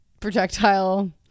Projectile